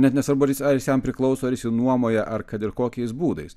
net nesvarbu ar jis jam priklauso ar jis jį nuomoja ar kad ir kokiais būdais